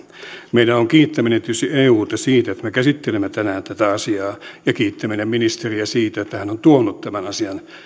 meidän on kiittäminen tietysti euta siitä että me käsittelemme tänään tätä asiaa ja kiittäminen ministeriä siitä että hän on tuonut tämän asian